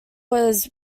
was